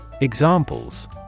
Examples